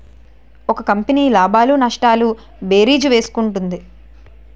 ఒక కంపెనీ లాభాలు నష్టాలు భేరీజు వేసుకుంటుంది